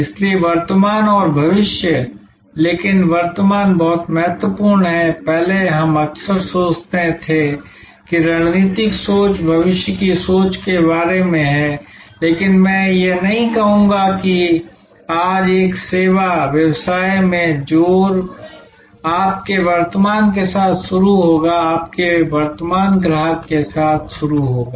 इसलिए वर्तमान और भविष्य लेकिन वर्तमान बहुत महत्वपूर्ण है पहले हम अक्सर सोचते थे कि रणनीतिक सोच भविष्य की सोच के बारे में है लेकिन मैं यह नहीं कहूंगा कि आज एक सेवा व्यवसाय में जोर आपके वर्तमान के साथ शुरू होगा आपके वर्तमान ग्राहक के साथ शुरू होगा